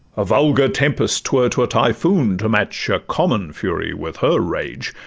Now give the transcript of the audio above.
a vulgar tempest t were to a typhoon to match a common fury with her rage,